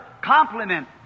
compliment